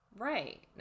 Right